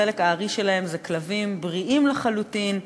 חלק הארי שלהם היה כלבים בריאים לחלוטין,